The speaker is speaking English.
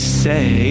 say